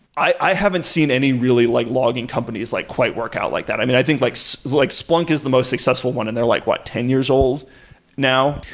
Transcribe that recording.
i i haven't seen any really like logging companies like quite work out like that. i mean, i think like so like splunk is the most successful one and they're like what? ten years old now?